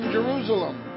Jerusalem